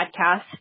podcast